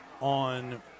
on